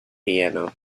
piano